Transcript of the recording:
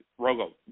Rogo